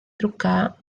trucar